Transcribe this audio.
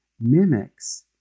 mimics